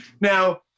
now